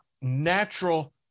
natural